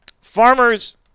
Farmers